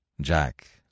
Jack